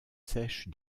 sèches